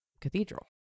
cathedral